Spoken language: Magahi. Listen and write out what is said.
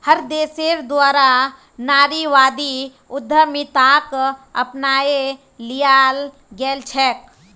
हर देशेर द्वारा नारीवादी उद्यमिताक अपनाए लियाल गेलछेक